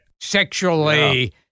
sexually